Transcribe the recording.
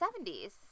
70s